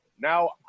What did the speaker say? now